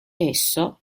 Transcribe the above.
esso